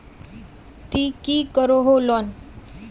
ती की करोहो लोन?